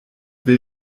will